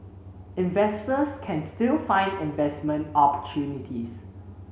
investors can still find investment opportunities